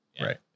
right